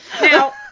Now